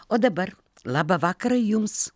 o dabar labą vakarą jums